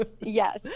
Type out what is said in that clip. yes